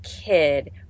kid